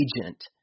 agent